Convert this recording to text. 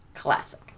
classic